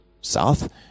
south